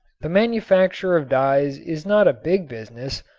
the manufacture of dyes is not a big business,